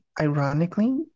ironically